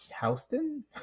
houston